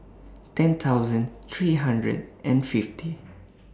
ten thousand three hundred and fifty